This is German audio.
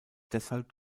deshalb